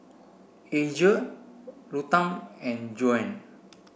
Asia Ruthann and Joan